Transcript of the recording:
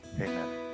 amen